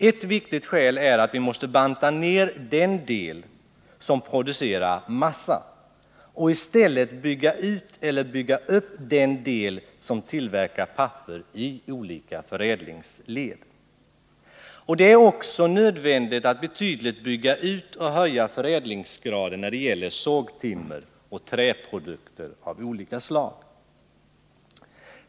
Ett viktigt skäl är att vi måste banta ned den del som producerar massa och i stället bygga ut eller bygga upp den del som tillverkar papper i olika förädlingsled. Det är också nödvändigt att betydligt bygga ut och höja förädlingsgraden när det gäller sågtimmer och träprodukter av olika slag.